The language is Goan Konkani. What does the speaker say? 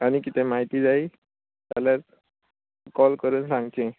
आनी कितें म्हायती जायी जाल्यार कॉल करून सांगची